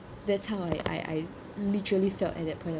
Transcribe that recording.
that's how I I I literally felt at that point of